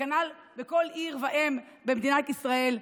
כנ"ל בכל עיר ואם במדינת ישראל.